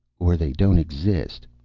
or they don't exist.